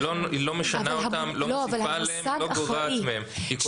היא לא משנה אותן, לא מוסיפה עליהן, לא גורעת מהן.